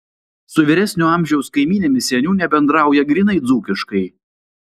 su vyresnio amžiaus kaimynėmis seniūnė bendrauja grynai dzūkiškai